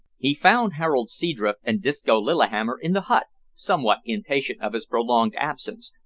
he found harold seadrift and disco lillihammer in the hut, somewhat impatient of his prolonged absence,